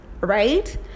right